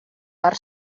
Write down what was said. per